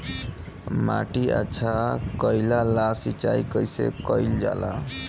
माटी अच्छा कइला ला सिंचाई कइसे कइल जाला?